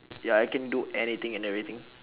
ya I can do anything and everything